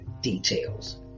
details